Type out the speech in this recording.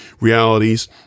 realities